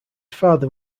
father